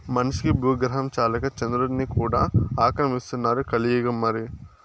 మనిషికి బూగ్రహం చాలక చంద్రుడ్ని కూడా ఆక్రమిస్తున్నారు కలియుగం మరి